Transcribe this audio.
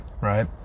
right